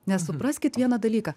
nes supraskit vieną dalyką